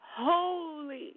holy